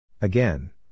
Again